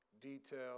detail